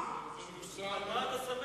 על מה אתה שמח?